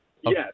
Yes